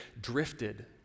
drifted